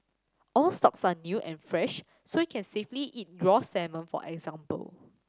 all stocks are new and fresh so you can safely eat raw salmon for example